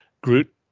Groot